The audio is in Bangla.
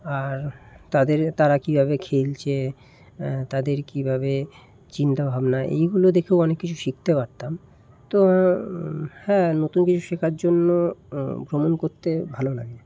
আর তাদের তারা কীভাবে খেলছে তাদের কীভাবে চিন্তা ভাবনা এইগুলো দেখেও অনেক কিছু শিখতে পারতাম তো হ্যাঁ নতুন কিছু শেখার জন্য ভ্রমণ করতে ভালো লাগে